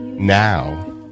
now